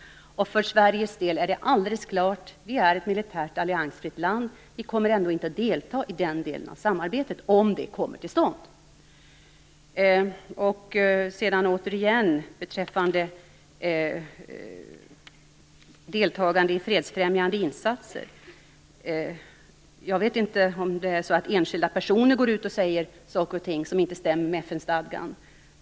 För Sveriges del är det alldeles klart att vi är ett militärt alliansfritt land. Vi kommer inte att delta i den delen av samarbetet, om det kommer till stånd. Återigen beträffande deltagande i fredsfrämjande insatser. Jag vet inte om enskilda personer går ut och säger saker och ting som inte överensstämmer med FN-stadgan.